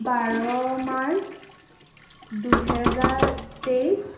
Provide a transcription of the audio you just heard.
বাৰ March দুহেজাৰ তেইছ